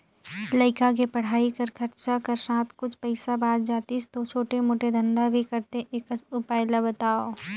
लइका के पढ़ाई कर खरचा कर साथ कुछ पईसा बाच जातिस तो छोटे मोटे धंधा भी करते एकस उपाय ला बताव?